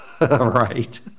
right